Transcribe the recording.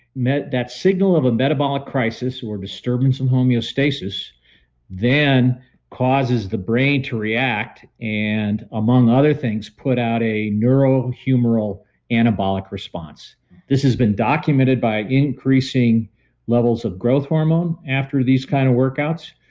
that signal of a metabolic crisis or disturbance of homeostasis then causes the brain to react and among other things put out a neuro humoral anabolic response this has been documented by increasing levels of growth hormone after these kind of workouts,